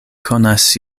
konas